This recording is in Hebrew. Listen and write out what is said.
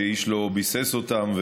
שאיש לא ביסס אותן,